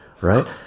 right